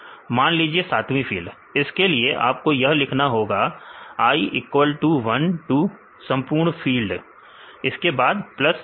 मान लीजिए सातवीं फील्ड इसके लिए आपको यह लिखना होगा कि आई इक्वल टू 1 टू संपूर्ण फील्ड उसके बाद प्लस प्लस